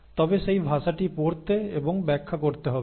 তবে সেই ভাষাটি পড়তে এবং ব্যাখ্যা করতে হবে